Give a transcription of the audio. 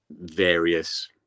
various